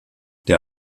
der